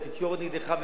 והתקשורת נגדך,